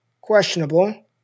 Questionable